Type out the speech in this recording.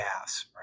gas